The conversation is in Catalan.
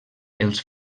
els